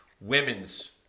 Women's